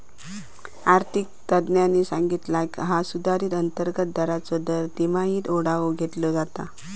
आर्थिक तज्ञांनी सांगितला हा सुधारित अंतर्गत दराचो दर तिमाहीत आढावो घेतलो जाता